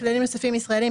בכללים נוספים (ישראליים),